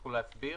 תוכלו להסביר?